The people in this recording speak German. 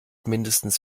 mindestens